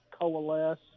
coalesce